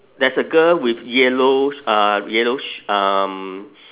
there's a girl with yellow uh yellow sh~ um